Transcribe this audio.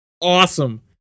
awesome